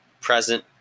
present